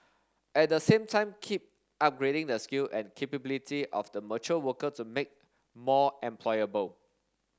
at the same time keep upgrading the skill and capability of the mature worker to make more employable